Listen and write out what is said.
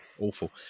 awful